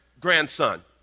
grandson